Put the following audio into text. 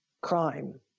crime